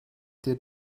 dir